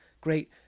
Great